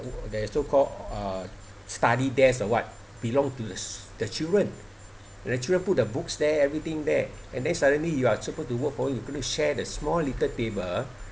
there so called uh study desk or what belong to the the children the children put the books there everything there and then suddenly you are supposed to work from home you couldn't share the small little table